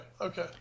okay